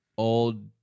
Old